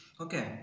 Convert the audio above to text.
Okay